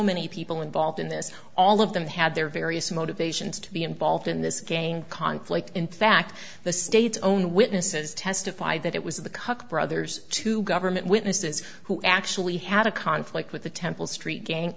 many people involved in this all of them had their various motivations to be involved in this game conflict in fact the state's own witnesses testified that it was the cut brothers to government witnesses who actually had a conflict with the temple street gang